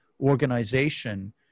organization